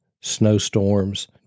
snowstorms